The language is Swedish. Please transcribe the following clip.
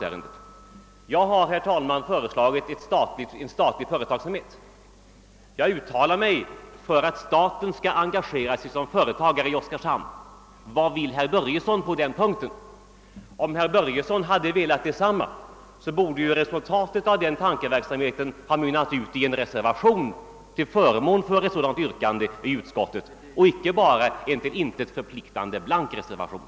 För min del har jag, herr talman, föreslagit en statlig företagsamhet och uttalat mig för att staten skall engagera sig som företagare i Oskarshamn. Vad vill herr Börjesson på den punkten? Om herr Börjesson har samma uppfattning, borde den ha utmynnat i en reservation till förmån för ett sådant yrkande i utskottet och inte bara i en till intet förpliktande blank reservation.